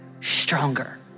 stronger